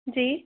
जी